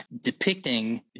depicting